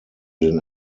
den